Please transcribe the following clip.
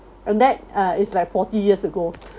and that uh is like forty years ago